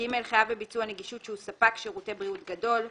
חייב בביצוע נגישות שהוא ספק שירותי בריאות גדול :